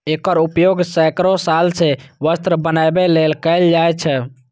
एकर उपयोग सैकड़ो साल सं वस्त्र बनबै लेल कैल जाए छै